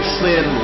sin